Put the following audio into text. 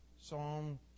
Psalm